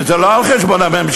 וזה לא על חשבון הממשלה,